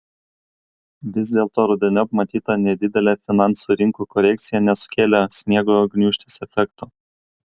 vis dėlto rudeniop matyta nedidelė finansų rinkų korekcija nesukėlė sniego gniūžtės efekto